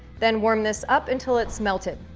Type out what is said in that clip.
then, warm this up until it's melted.